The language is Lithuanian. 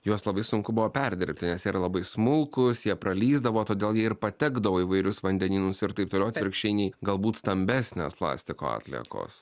juos labai sunku buvo perdirbti nes jie yra labai smulkūs jie pralįsdavo todėl jie ir patekdavo į įvairius vandenynus ir taip toliau atvirkščiai nei galbūt stambesnės plastiko atliekos